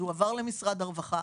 זה הועבר למשרד הרווחה.